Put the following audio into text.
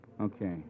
Okay